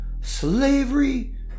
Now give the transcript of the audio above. slavery